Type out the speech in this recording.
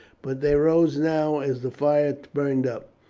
but they rose now as the fire burned up.